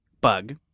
Bug